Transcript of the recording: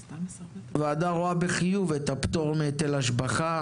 הוועדה רואה בחיוב את הפטור מהיטל השבחה